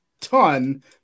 ton